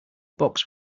box